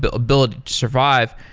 but ability to survive.